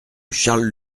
charles